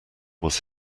was